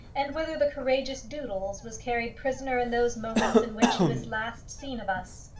and whither the courageous doodles was carried prisoner in those moments in which he was last seen of us.